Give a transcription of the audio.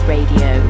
Radio